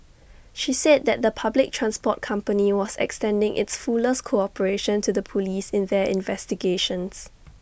she said that the public transport company was extending its fullest cooperation to the Police in their investigations